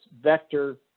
vector